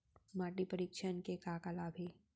माटी परीक्षण के का का लाभ हे?